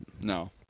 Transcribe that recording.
No